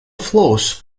flows